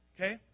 okay